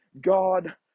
God